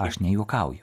aš nejuokauju